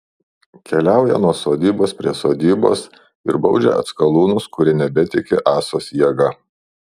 keliauja nuo sodybos prie sodybos ir baudžia atskalūnus kurie nebetiki ąsos jėga